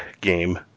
game